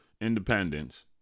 Independence